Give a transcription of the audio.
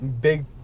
big